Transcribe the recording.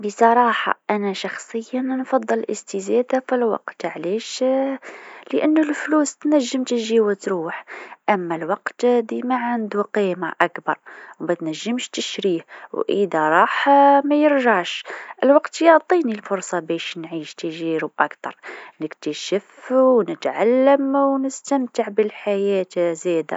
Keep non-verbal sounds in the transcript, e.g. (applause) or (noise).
بصراحه أنا شخصيا نفضل استزاده في الوقت، علاش؟ (hesitation) لأنو الفلوس تنجم تجي و تمشي أما الوقت (hesitation) ديما عندو قيمه أكبر ما تنجمش تشريه و إذا مشى (hesitation) ما يرجعش، الوقت يعطيني الفرصه باش نعيش تجارب أكثر، نكتشف و نتعلم و نستمتع بالحياة زادا.